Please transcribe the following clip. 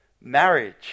Marriage